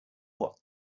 what